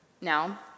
Now